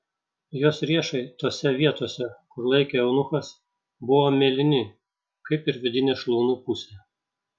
jos riešai tose vietose kur laikė eunuchas buvo mėlyni kaip ir vidinė šlaunų pusė